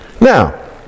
Now